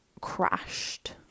crashed